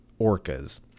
orcas